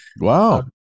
Wow